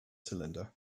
cylinder